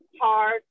hard